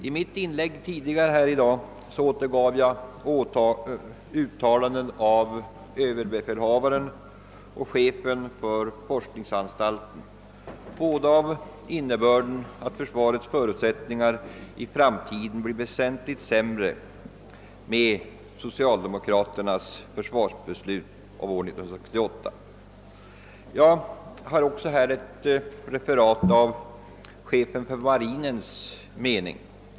I mitt tidigare inlägg i dag återgav jag uttalanden av överbefälhavaren och av chefen för försvarets forskningsanstalt, båda av innebörden att försvarets förutsättningar i framtiden blir väsentligt sämre med so Jag vill också återge ett referat av chefens för marinen uppfattning.